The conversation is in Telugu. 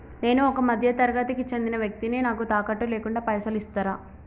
నేను ఒక మధ్య తరగతి కి చెందిన వ్యక్తిని నాకు తాకట్టు లేకుండా పైసలు ఇస్తరా?